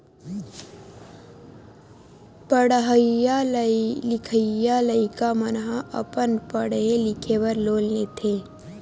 पड़हइया लिखइया लइका मन ह अपन पड़हे लिखे बर लोन लेथे